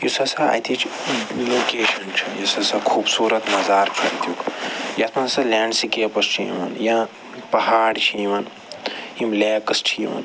یُس ہَسا اَتِچ لوکیشَن چھِ یُس ہَسا خوٗبصوٗرت نظار چھُ اَتیُک یَتھ منٛز ہَسا لینٛڈسِکیپٕس چھِ یِوان یا پہاڑ چھِ یِوان یِم لیکٕس چھِ یِوان